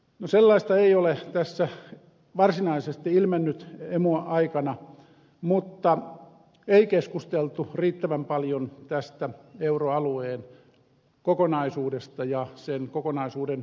no sellaista ei ole tässä varsinaisesti ilmennyt emu aikana mutta ei keskusteltu riittävän paljon tästä euroalueen kokonaisuudesta ja sen kokonaisuuden osista